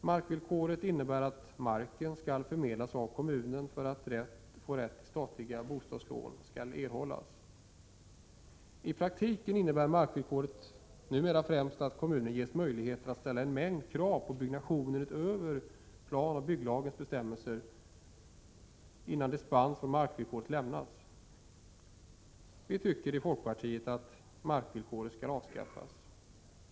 Markvillkoret innebär att marken skall förmedlas av kommunen för att de rätta statliga bostadslånen skall erhållas. I praktiken innebär markvillkoret numera främst att kommunen ges möjlighet att ställa en mängd krav på byggnationen utöver planoch bygglagens bestämmelser innan dispens från markvillkoret lämnas. Folkpartiet anser att markvillkoret skall avskaffas.